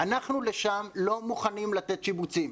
אנחנו לשם לא מוכנים לתת שיבוצים.